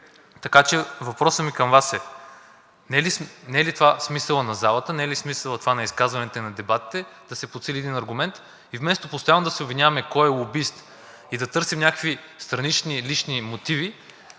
Така че въпросът ми към Вас е: не е ли това смисълът на залата, не е ли това смисълът на изказванията и на дебатите – да се подсили един аргумент. И вместо постоянно да се обвиняваме кой е лобист и да търсим някакви странични, лични мотиви,